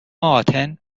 آتن